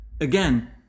Again